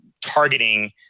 targeting